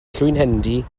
llwynhendy